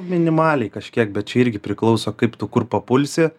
minimaliai kažkiek bet čia irgi priklauso kaip tu kur papulsi